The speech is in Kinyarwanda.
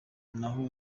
naho